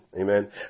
Amen